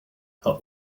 are